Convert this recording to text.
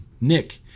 Nick